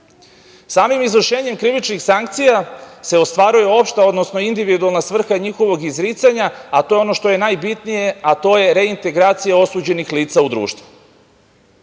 suda. Samim izvršenjem krivičnih sankcija se ostvaruje opšta, odnosno individualna svrha njihovog izricanja, a to je ono što je najbitnije, a to je reintegracija osuđenih lica u društvu. Ukoliko